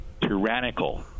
tyrannical